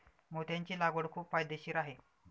मोत्याची लागवड खूप फायदेशीर आहे